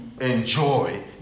enjoy